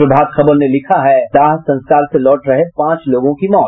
प्रभात खबर ने लिखा है दाह संस्कार से लौट रहे पांच लोगों की मौत